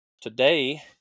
Today